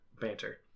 banter